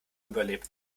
überlebt